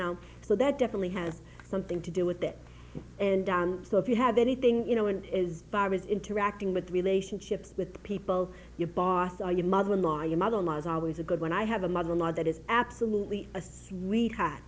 now so that definitely has something to do with it and so if you have anything you know and it is barbara's interacting with relationships with people your boss or your mother in law your mother in law is always a good one i have a mother in law that is absolutely a sweetheart